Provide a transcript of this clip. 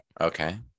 Okay